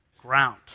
ground